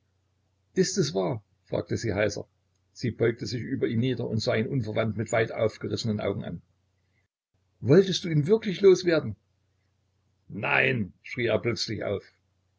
ist es wahr fragte sie heiser sie beugte sich über ihn nieder und sah ihn unverwandt mit weit aufgerissenen augen an wolltest du ihn wirklich los werden nein schrie er plötzlich auf